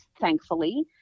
thankfully